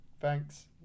Thanks